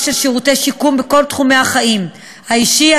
של שירותי שיקום בכל תחומי החיים: האישי,